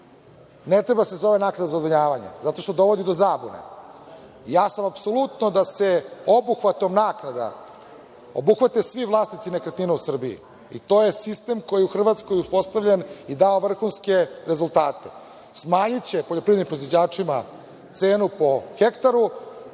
ne treba da se zove naknada za odvodnjavanje jer dovodi do zabune. Ja sam apsolutno da se obuhvatom naknada obuhvate svi vlasnici nekretnina u Srbiji, i to je sistem koji je u Hrvatskoj uspostavljen i dao je vrhunske rezultate. Smanjiće poljoprivrednim proizvođačima cenu po hektaru,